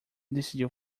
decidiu